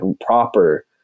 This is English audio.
proper